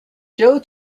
joe